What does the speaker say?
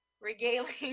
regaling